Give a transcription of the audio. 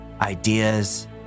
ideas